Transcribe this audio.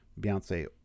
Beyonce